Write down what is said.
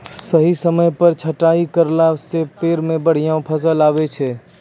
सही समय पर छंटाई करला सॅ पेड़ मॅ बढ़िया फल आबै छै